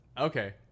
Okay